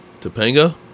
Topanga